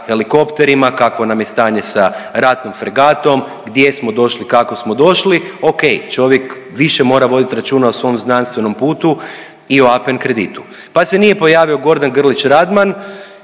helikopterima, kakvo nam je stanje sa ratnom fregatom, gdje smo došli, kako smo došli. Ok, čovjek više mora vodit računa o svom znanstvenom putu i o APN kreditu. Pa se nije pojavio Gordan Grlić Radman